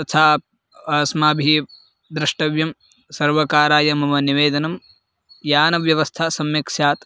तथा अस्माभिः द्रष्टव्यं सर्वकाराय मम निवेदनं यानव्यवस्था सम्यक् स्यात्